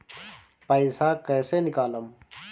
पैसा कैसे निकालम?